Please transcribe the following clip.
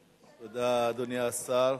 תודה, אדוני השר.